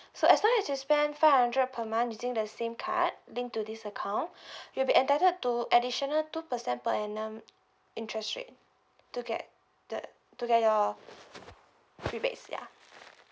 so as long as you spend five hundred per month using the same card link to this account you'll be entitled to additional two percent per annum interest rate to get the to get your rebates ya